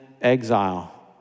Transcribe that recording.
exile